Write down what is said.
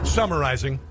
Summarizing